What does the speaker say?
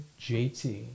jt